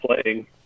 playing